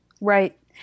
Right